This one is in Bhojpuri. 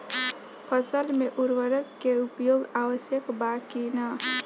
फसल में उर्वरक के उपयोग आवश्यक बा कि न?